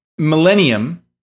Millennium